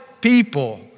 people